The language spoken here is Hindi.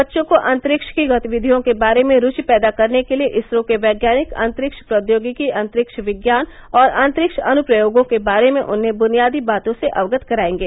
बच्चों को अंतरिक्ष की गतिविधियों के बारे में रुचि पैदा करने के लिए इसरो के वैज्ञानिक अंतरिक्ष प्रौद्योगिकी अंतरिक्ष विज्ञान और अंतरिक्ष अनुप्रयोगों के बारे में उन्हें बुनियादी बातों से अवगत करायेंगे